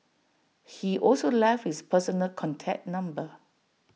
he also left his personal contact number